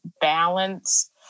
balance